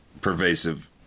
pervasive